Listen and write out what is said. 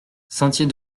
sentier